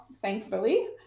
thankfully